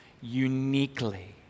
uniquely